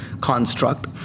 construct